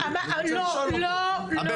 איתמר, לא, לא, אני, אבל, אני צריכה לתת לו.